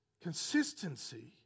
Consistency